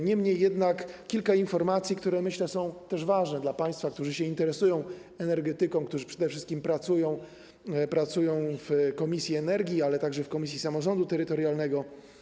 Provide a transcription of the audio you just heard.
Niemniej jednak podam kilka informacji, które, myślę, są też ważne dla państwa, którzy się interesują energetyką, którzy przede wszystkim pracują w komisji do spraw energii, ale także w komisji samorządu terytorialnego.